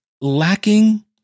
lacking